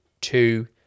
Two